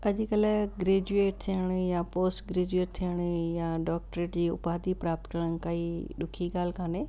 अॼुकल्ह ग्रेजुएट थिअण या पोस्ट ग्रेजुएट थिअण या डॉक्टर जी उपाधी प्राप्त करण काई ॾुखी ॻाल्हि काने